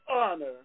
honor